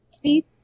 three